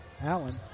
Allen